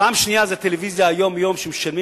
פעם שנייה זה טלוויזיה ששוכרים ומשלמים